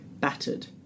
battered